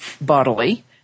bodily